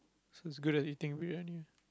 so it's good at eating Briyani ah